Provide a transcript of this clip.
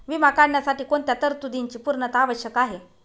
विमा काढण्यासाठी कोणत्या तरतूदींची पूर्णता आवश्यक आहे?